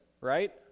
right